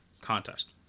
contest